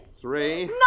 Three